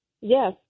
Yes